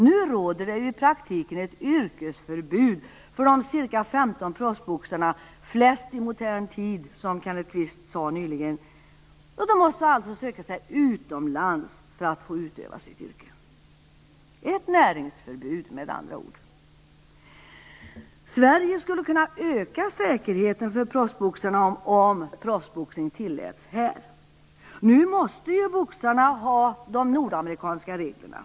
Nu råder det i praktiken ett yrkesförbud för de ca 15 proffsboxarna - flest i modern tid, som Kenneth Kvist sade nyss. De måste alltså söka sig utomlands för att få utöva sitt yrke. Det är med andra ord fråga om ett näringsförbud. För det andra: Sverige skulle kunna öka säkerheten för proffsboxarna om proffsboxningen tilläts här. Nu måste ju boxarna tillämpa de nordamerikanska reglerna.